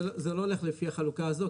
זה לא הולך לפי החלוקה הזו,